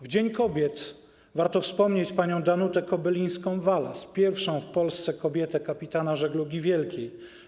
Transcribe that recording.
W Dzień Kobiet warto wspomnieć panią Danutę Kobylińską-Walas, pierwszą w Polsce kobietę kapitana żeglugi wielkiej.